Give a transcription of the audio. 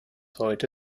heute